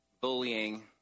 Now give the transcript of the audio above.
bullying